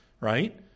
right